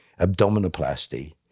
abdominoplasty